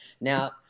Now